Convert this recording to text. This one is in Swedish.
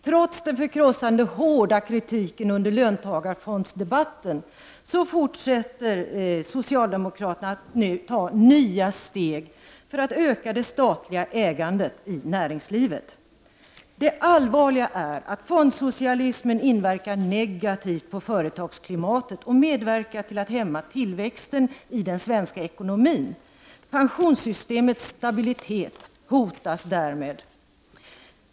Trots den förkrossande hårda kritiken under löntagarfondsdebatten fortsätter socialdemokraterna att ta nya steg för att öka det statliga ägandet i näringslivet. Det allvarliga är att fondsocialismen inverkar negativt på företagsklimatet och medverkar till att hämma tillväxten i den svenska ekonomin. Pensionssystemet stabilitet hotas därmed.